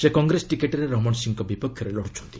ସେ କଂଗ୍ରେସ ଟିକଟରେ ରମଣ ସିଂଙ୍କ ବିପକ୍ଷରେ ଲଢୁଛନ୍ତି